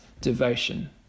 devotion